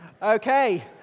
Okay